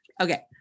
okay